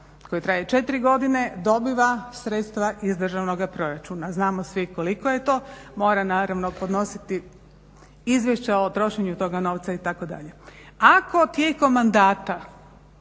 koji traje 4 godine, dobiva sredstva iz državnoga proračuna, znamo svi koliko je to, mora naravno podnositi izvješća o trošenju toga novca, itd. Ako tijekom mandata,